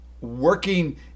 working